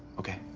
okay.